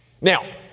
Now